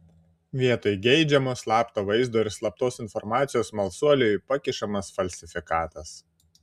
vietoj geidžiamo slapto vaizdo ir slaptos informacijos smalsuoliui pakišamas falsifikatas